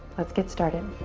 let's get started.